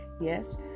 Yes